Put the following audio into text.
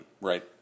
Right